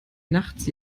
nachts